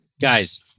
Guys